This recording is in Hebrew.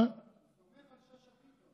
הוא סומך על שאשא ביטון.